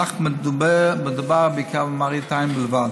אך מדובר בעיקר במראית עין בלבד.